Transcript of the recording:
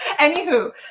Anywho